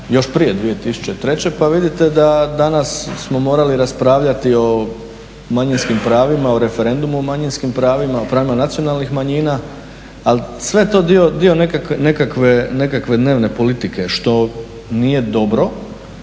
još prije 2003. pa vidite da danas smo morali raspravljati o manjinskim pravima, o referendumu o manjinskim pravima, o pravima nacionalnih manjina. Ali sve je to dio nekakve dnevne politike što nije dobro,